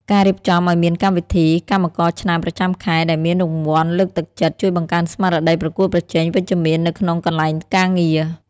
ការរៀបចំឱ្យមានកម្មវិធី "កម្មករឆ្នើមប្រចាំខែ" ដែលមានរង្វាន់លើកទឹកចិត្ត ជួយបង្កើនស្មារតីប្រកួតប្រជែងវិជ្ជមាននៅក្នុងកន្លែងការងារ។